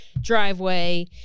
driveway